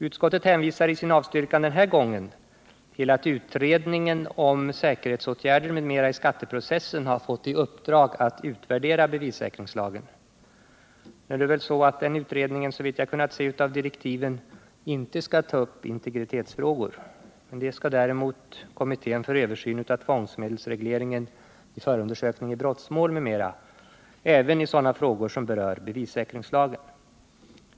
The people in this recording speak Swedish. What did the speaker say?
Utskottet hänvisar i sin avstyrkan denna gång till att utredningen om säkerhetsåtgärder m.m. i skatteprocessen har fått i uppdrag att utvärdera bevissäkringslagen. Nu skall den utredningen såvitt jag kunnat se av direktiven inte ta upp integritetsfrågor. Det skall däremot kommittén för översyn av tvångsmedelsregleringen vid förundersökning i brottmål m.m. göra — även i sådana frågor som berör bevissäkringslagen.